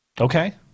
Okay